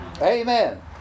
Amen